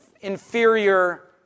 inferior